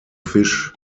fisch